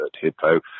Hippo